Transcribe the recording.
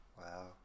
Wow